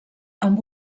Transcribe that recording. amb